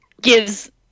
gives